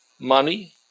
Money